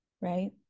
right